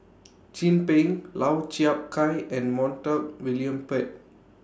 Chin Peng Lau Chiap Khai and Montague William Pett